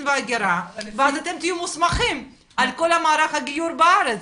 וההגירה ואז אתם תהיו מוסמכים על כל מערך הגיור בארץ,